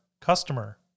customer